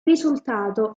risultato